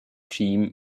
team